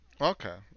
Okay